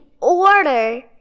order